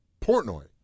Portnoy